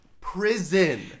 prison